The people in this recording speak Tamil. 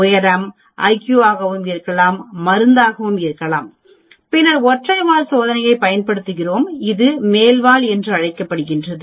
உயரம் iq ஆக இருக்கலாம் மருந்தாக இருக்கலாம் பின்னர் ஒற்றை வால் சோதனையைப் பயன்படுத்துகிறோம் இது மேல் வால் என்று அழைக்கப்படுகிறது